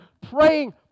praying